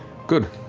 good,